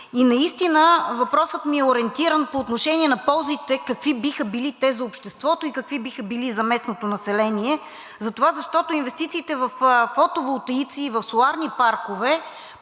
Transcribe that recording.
И наистина въпросът ми е ориентиран по отношение на ползите. Какви биха били те за обществото и какви биха били за местното население, защото инвестициите във фотоволтаици и в соларни паркове,